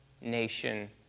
nation